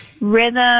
rhythm